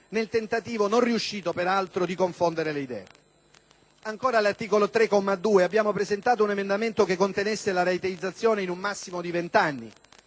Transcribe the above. nel tentativo, non riuscito per altro, di confondere le idee. All'articolo 3, comma 2, abbiamo presentato un emendamento che contenesse la rateizzazione in un massimo di 20 anni.